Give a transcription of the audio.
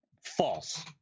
False